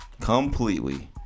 completely